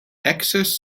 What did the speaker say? excess